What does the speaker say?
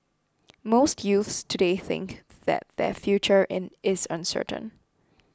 most youths today think that their future in is uncertain